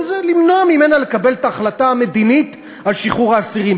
ובזה למנוע ממנה לקבל את ההחלטה המדינית על שחרור האסירים.